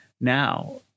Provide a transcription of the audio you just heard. now